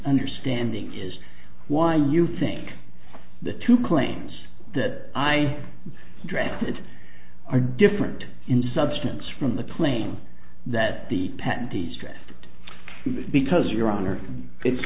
understanding is why you think the two claims that i drafted are different in substance from the claim that the patent distressed because your honor it's